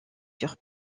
sur